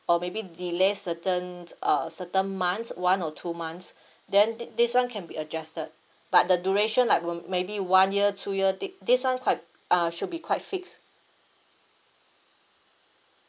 or maybe delay certain uh certain months one or two months then t~ this one can be adjusted but the duration like m~ maybe one year two year t~ this one quite uh should be quite fixed